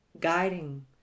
guiding